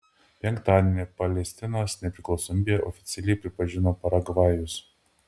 penktadienį palestinos nepriklausomybę oficialiai pripažino paragvajus